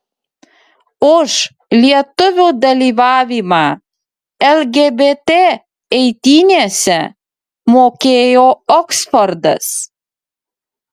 už lietuvių dalyvavimą lgbt eitynėse mokėjo oksfordas